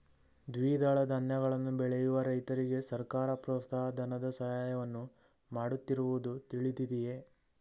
ದ್ವಿದಳ ಧಾನ್ಯಗಳನ್ನು ಬೆಳೆಯುವ ರೈತರಿಗೆ ಸರ್ಕಾರ ಪ್ರೋತ್ಸಾಹ ಧನದ ಸಹಾಯವನ್ನು ಮಾಡುತ್ತಿರುವುದು ತಿಳಿದಿದೆಯೇ?